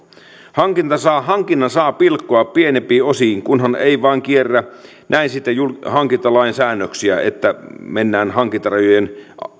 hankinnan saa hankinnan saa pilkkoa pienempiin osiin kunhan ei vain kierrä näin sitten hankintalain säännöksiä että mennään hankintarajojen